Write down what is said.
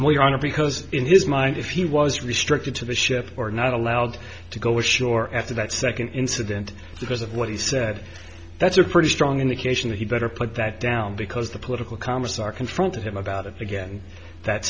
more your honor because in his mind if he was restricted to the ship or not allowed to go ashore after that second incident because of what he said that's a pretty strong indication that he better put that down because the political commissar confronted him about it again that